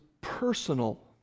personal